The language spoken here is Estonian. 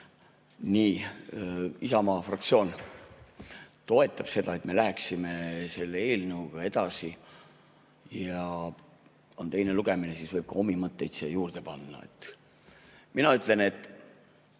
Isamaa fraktsioon toetab seda, et me läheksime selle eelnõuga edasi, ja kuna on teine lugemine, siis võib ka omi mõtteid siia juurde panna. Mina ütlen, et